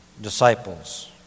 disciples